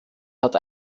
hat